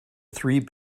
three